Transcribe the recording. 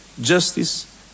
justice